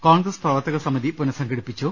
കോൺഗ്രസ് പ്രവർത്തകസമിതി പുനഃസ്ംഘടിപ്പിച്ചു